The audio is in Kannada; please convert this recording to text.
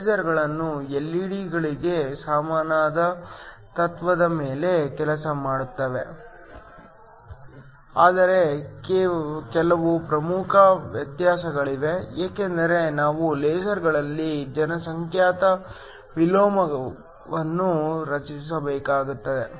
ಲೇಸರ್ ಗಳು ಎಲ್ಇಡಿ ಗಳಿಗೆ ಸಮಾನವಾದ ತತ್ತ್ವದ ಮೇಲೆ ಕೆಲಸ ಮಾಡುತ್ತವೆ ಆದರೆ ಕೆಲವು ಪ್ರಮುಖ ವ್ಯತ್ಯಾಸಗಳಿವೆ ಏಕೆಂದರೆ ನಾವು ಲೇಸರ್ಗಳಲ್ಲಿ ಜನಸಂಖ್ಯಾ ವಿಲೋಮವನ್ನು ರಚಿಸಬೇಕಾಗಿದೆ